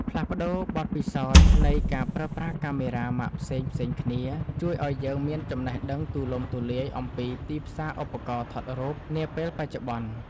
ផ្លាស់ប្តូរបទពិសោធន៍នៃការប្រើប្រាស់កាមេរ៉ាម៉ាកផ្សេងៗគ្នាជួយឱ្យយើងមានចំណេះដឹងទូលំទូលាយអំពីទីផ្សារឧបករណ៍ថតរូបនាពេលបច្ចុប្បន្ន។